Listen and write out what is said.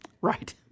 Right